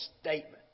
statement